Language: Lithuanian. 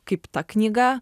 kaip ta knyga